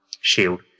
shield